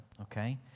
okay